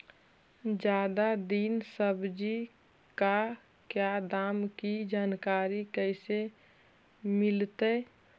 आज दीन सब्जी का क्या दाम की जानकारी कैसे मीलतय?